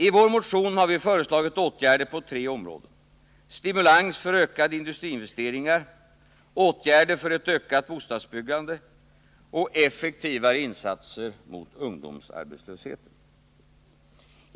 I vår motion har vi föreslagit åtgärder på tre områden — stimulans för ökade industriinvesteringar, åtgärder för ett ökat bostadsbyggande och effektivare insatser mot ungdomsarbetslösheten.